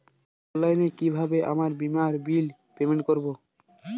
অনলাইনে কিভাবে আমার বীমার বিল পেমেন্ট করবো?